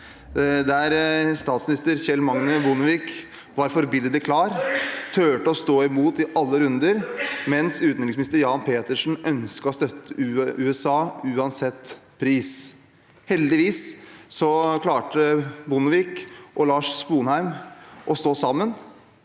Statsminister Kjell Magne Bondevik var forbilledlig klar, turte å stå imot i alle runder, mens utenriksminister Jan Petersen ønsket å støtte USA uansett pris. Heldigvis klarte Bondevik og Lars Sponheim å stå sammen,